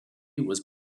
was